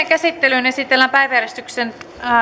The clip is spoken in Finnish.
käsittelyyn esitellään päiväjärjestyksen